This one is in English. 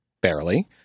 barely